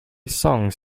songs